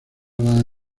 las